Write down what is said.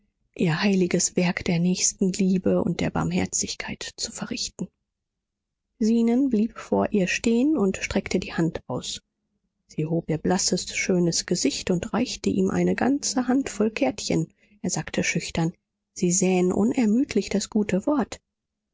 ihr heiliges werk der nächstenliebe und der barmherzigkeit zu verrichten zenon blieb vor ihr stehen und streckte die hand aus sie hob ihr blasses schönes gesicht und reichte ihm eine ganze hand voll kärtchen er sagte schüchtern sie säen unermüdlich das gute wort